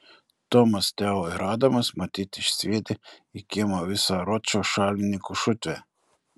tomas teo ir adamas matyt išsviedė į kiemą visą ročo šalininkų šutvę